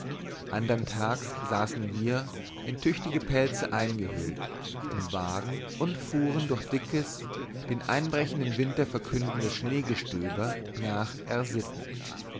andern tags saßen wir in tüchtige pelze eingehüllt im wagen und fuhren durch dickes den einbrechenden winter verkündendes schneegestöber nach